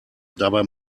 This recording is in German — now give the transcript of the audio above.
dabei